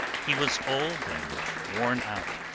he was old and worn out,